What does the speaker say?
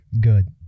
Good